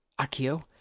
Akio